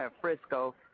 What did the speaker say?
Frisco